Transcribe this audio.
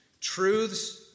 truths